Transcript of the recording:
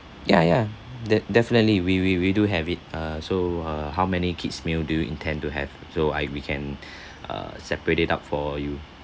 yeah yeah de~ definitely we we we do have it uh so uh how many kids meal do you intend to have so I we can uh separate it up for you